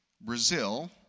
Brazil